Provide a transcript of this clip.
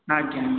ଆଜ୍ଞା ଆଜ୍ଞା